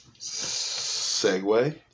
segue